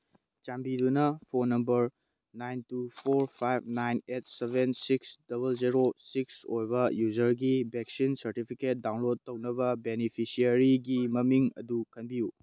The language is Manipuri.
ꯆꯥꯟꯕꯤꯗꯨꯅ phone number nine two four five nine eight seven six double zero six ꯑꯣꯏꯚ ꯌꯨꯖꯔꯒꯤ ꯚꯦꯛꯁꯤꯟ ꯁꯥꯔꯇꯤꯐꯤꯀꯦꯠ ꯗꯥꯎꯟꯂꯣꯠ ꯇꯧꯅꯕ ꯕꯦꯅꯤꯐꯤꯁ꯭ꯌꯔꯤꯒꯤ ꯃꯃꯤꯡ ꯑꯗꯨ ꯈꯟꯕꯤꯌꯨ